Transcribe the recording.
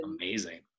Amazing